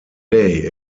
day